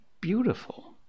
beautiful